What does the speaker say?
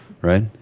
Right